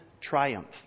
Triumph